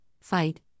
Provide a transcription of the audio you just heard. fight